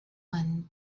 one